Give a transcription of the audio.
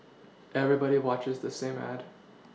everybody watches the same ad